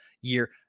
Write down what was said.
year